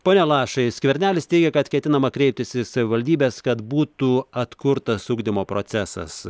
pone lašai skvernelis teigia kad ketinama kreiptis į savivaldybes kad būtų atkurtas ugdymo procesas